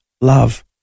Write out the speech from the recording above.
love